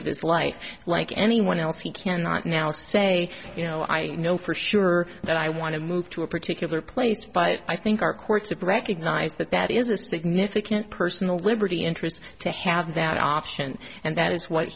of his life like anyone else he cannot now say you know i know for sure that i want to move to a particular place but i think our courts have recognized that that is a significant personal liberty interest to have that option and that is what